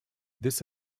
this